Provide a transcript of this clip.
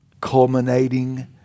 culminating